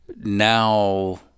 Now